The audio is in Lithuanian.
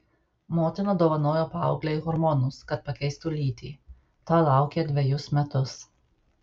motina dovanojo paauglei hormonus kad pakeistų lytį to laukė dvejus metus